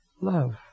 Love